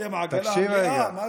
אתם העגלה המלאה.